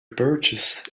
purchase